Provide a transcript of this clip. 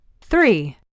three